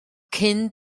cyn